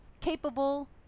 capable